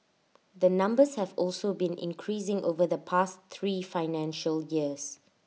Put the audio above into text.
the numbers have also been increasing over the past three financial years